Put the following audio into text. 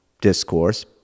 discourse